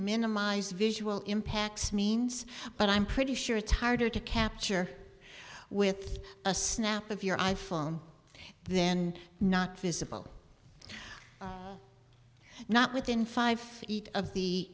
minimize visual impacts means but i'm pretty sure it's harder to capture with a snap of your i phone then not visible not within five feet of the